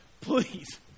please